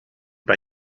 bei